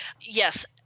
Yes